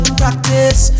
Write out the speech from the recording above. practice